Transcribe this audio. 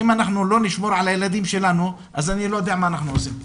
אם אנחנו לא נשמור על הילדים שלנו אז אני לא יודע מה אנחנו עושים פה.